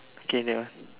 okay that one